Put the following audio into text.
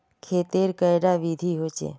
खेत तेर कैडा विधि होचे?